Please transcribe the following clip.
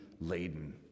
laden